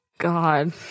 God